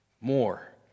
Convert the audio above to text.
more